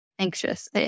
Anxious